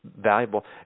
valuable